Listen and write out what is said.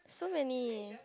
so many